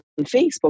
Facebook